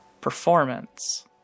performance